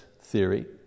theory